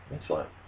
Excellent